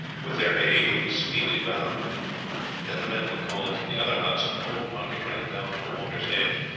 with their aid he was speedily bound then the men were called from the other huts, and the whole party ran down to the water's edge,